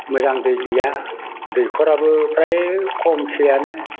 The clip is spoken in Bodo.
मोजां दै गैया दैखराबो फ्राय खमसैयानो